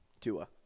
Tua